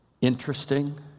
interesting